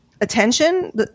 attention